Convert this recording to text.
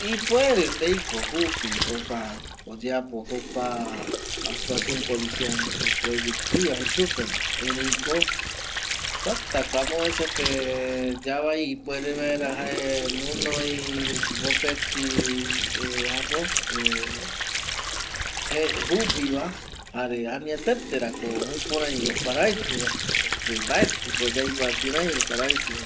Ipuere teiko jupi re oyeapo jokua actuación policial predictiva jei supe va erei ko tata ko amopevese yavai ipuere vaera jae gunoi mopeti jupi va jare añetetera jukurei oparaiki va porque mbaeti ko yaikua kirei oparaiki va